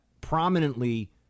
prominently